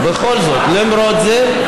בכל זאת, למרות זה,